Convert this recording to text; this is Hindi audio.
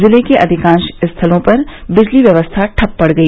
जिले के अधिकांश स्थानों पर बिजली व्यवस्था ठप पड़ गई